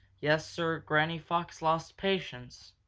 yes, sir, granny fox lost patience.